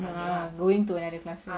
ah going to another classroom